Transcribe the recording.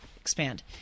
expand